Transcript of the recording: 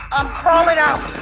i'm crawling out